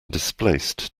displaced